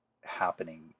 happening